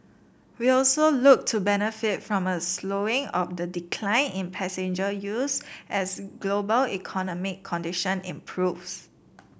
we also look to benefit from a slowing of the decline in passenger yields as global economic condition improves